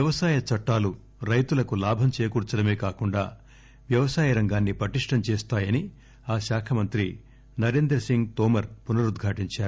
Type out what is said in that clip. వ్యవసాయ చట్టాలు రైతులకు లాభం చేకూర్చడమే కాకుండా వ్యవసాయ రంగాన్ని పటిష్టం చేస్తాయని ఆ శాఖ మంత్రి నరేంద్ర సింగ్ తోమర్ పునరుద్ఘాటించారు